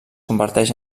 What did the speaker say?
converteix